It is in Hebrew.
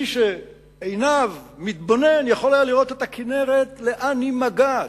מי שמתבונן יכול היה לראות את הכינרת לאן היא מגעת.